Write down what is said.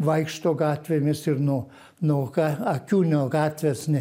vaikšto gatvėmis ir nuo nuo ką akių nuo gatvės ne